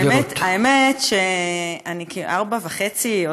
האמת שאני כארבע וחצי שנים,